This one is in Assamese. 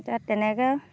এতিয়া তেনেকেও